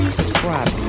subscribe